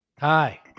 Hi